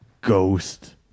ghost